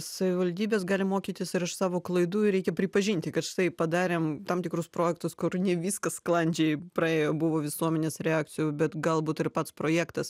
savivaldybės gali mokytis ir iš savo klaidų ir reikia pripažinti kad štai padarėm tam tikrus projektus kur ne viskas sklandžiai praėjo buvo visuomenės reakcijų bet galbūt ir pats projektas